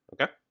Okay